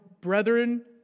Brethren